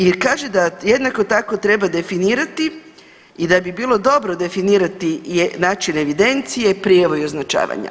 I kaže da jednako tako treba definirati da bi bilo dobro definirati je način evidencije, prijavu i označavanja.